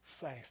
faith